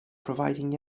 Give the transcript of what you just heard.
providing